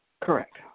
Correct